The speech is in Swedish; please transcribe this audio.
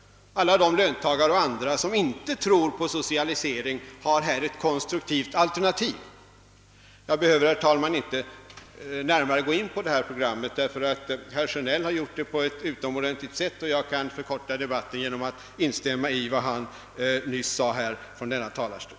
Alla de löntagare och andra som inte tror på socialisering har här ett konstruktivt alternativ. Jag behöver, herr talman, inte närmare gå in på detta program, ty herr Sjönell har redogjort för det på ett utomordentligt sätt, och jag kan förkor ta debatten genom att instämma i vad han nyss yttrade från denna talarstol.